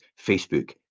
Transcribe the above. Facebook